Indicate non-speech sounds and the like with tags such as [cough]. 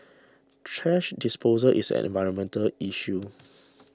thrash disposal is an environmental issue [noise]